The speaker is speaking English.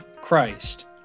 Christ